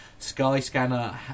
Skyscanner